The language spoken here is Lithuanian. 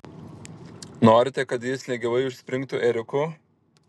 norite kad jis negyvai užspringtų ėriuku